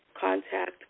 contact